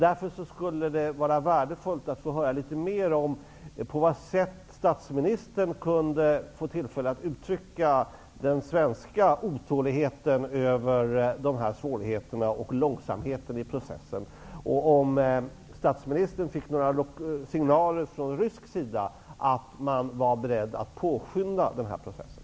Därför skulle det vara värdefullt att få höra litet mer om på vad sätt statsministern fick tillfälle att uttrycka den svenska otåligheten över de här svårigheterna och långsamheten i processen, samt om statsministern fick några signaler från rysk sida om att man var beredd att påskynda processen.